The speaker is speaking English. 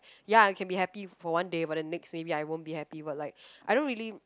ya I can happy for one day but the next maybe I won't be happy but like I don't really